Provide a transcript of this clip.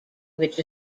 which